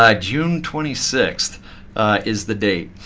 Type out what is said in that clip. ah june twenty six is the date.